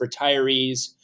retirees